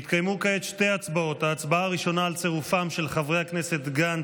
יתקיימו כעת שתי הצבעות: ההצבעה הראשונה על צירופם של חברי הכנסת גנץ,